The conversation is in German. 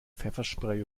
pfefferspray